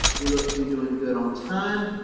we look to be doing good on time.